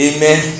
Amen